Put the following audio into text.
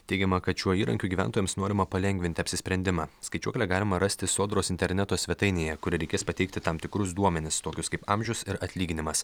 teigiama kad šiuo įrankiu gyventojams norima palengvinti apsisprendimą skaičiuoklę galima rasti sodros interneto svetainėje kur reikės pateikti tam tikrus duomenis tokius kaip amžius ir atlyginimas